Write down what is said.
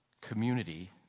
Community